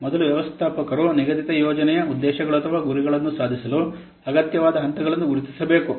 ಮೊದಲು ವ್ಯವಸ್ಥಾಪಕರು ನಿಗದಿತ ಯೋಜನೆಯ ಉದ್ದೇಶಗಳು ಅಥವಾ ಗುರಿಗಳನ್ನು ಸಾಧಿಸಲು ಅಗತ್ಯವಾದ ಹಂತಗಳನ್ನು ಗುರುತಿಸಬೇಕು